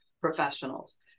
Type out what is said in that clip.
professionals